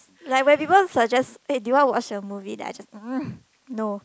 like when people suggests eh do you want to watch a movie then I just um no